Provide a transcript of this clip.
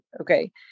Okay